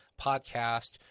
podcast